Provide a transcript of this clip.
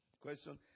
question